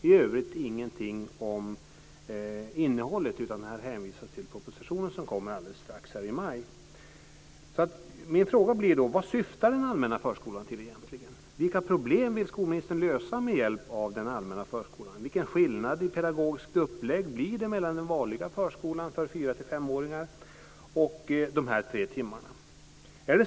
I övrigt sägs ingenting om innehållet utan man hänvisar till propositionen som kommer nu i maj. Min fråga blir då: Vad syftar den allmänna förskolan till egentligen? Vilka problem vill skolministern lösa med hjälp av den allmänna förskolan? Vilken skillnad i pedagogisk uppläggning blir det mellan den vanliga förskolan för 4-5-åringar och de här tre timmarna?